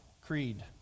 creed